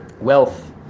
wealth